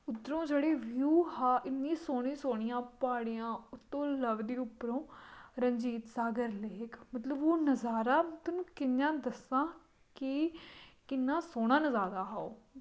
उद्धरों जेह्ड़ी व्यू हा इन्नी सोह्नी सोह्नियां प्हाड़ियां उत्तों लब्भदी उप्परों रंजीत सागर लेक मतलव ओह् नजारा में थोआनूं कियां दस्सां कि किन्ना सोह्ना नजारा हा ओह्